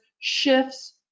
shifts